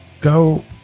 go